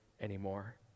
anymore